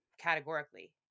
categorically